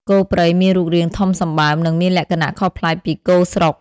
គោព្រៃមានរូបរាងធំសម្បើម និងមានលក្ខណៈខុសប្លែកពីគោស្រុក។